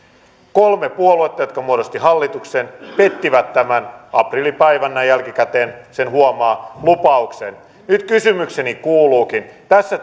kolme puo luetta jotka muodostivat hallituksen pettivät tämän aprillipäivä näin jälkikäteen sen huomaa lupauksensa nyt kysymykseni kuuluukin tässä